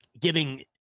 giving